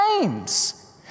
names